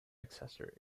accessory